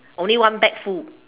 only one bag full